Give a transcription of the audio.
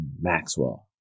Maxwell